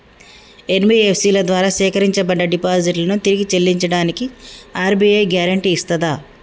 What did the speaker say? NBFC ల ద్వారా సేకరించబడ్డ డిపాజిట్లను తిరిగి చెల్లించడానికి ఆర్.బి.ఐ గ్యారెంటీ ఇస్తదా?